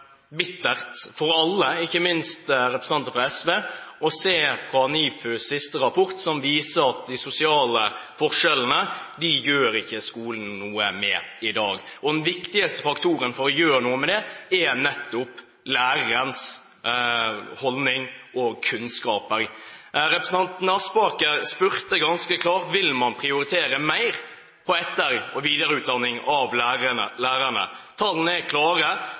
bittert for alle, ikke minst for representanter fra SV, å se NIFUs siste rapport, som viser at skolen ikke gjør noe med de sosiale forskjellene i dag. Den viktigste faktoren for å gjøre noe med det er nettopp lærerens holdning og kunnskaper. Representanten Aspaker spurte ganske klart om man vil prioritere mer på etter- og videreutdanning av lærerne. Tallene er klare,